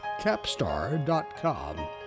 Capstar.com